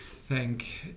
thank